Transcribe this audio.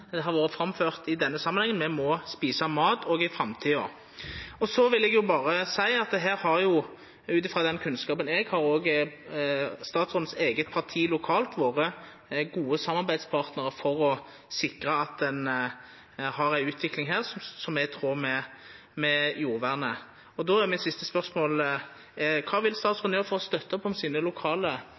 det har vore framført i denne samanhengen, me må eta mat òg i framtida. Vidare vil eg berre seia – utifrå den kunnskapen eg har – at me og statsråden sitt eige parti har vore gode samarbeidspartnarar for å sikra at ein har ei utvikling som er i tråd med jordvernet. Då er mitt siste spørsmål: Kva vil statsråden gjera for å støtta opp om sine lokale